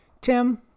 Tim